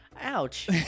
Ouch